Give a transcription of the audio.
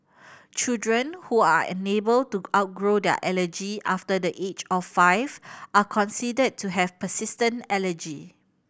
children who are unable to outgrow their allergy after the age of five are considered to have persistent allergy